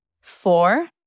Four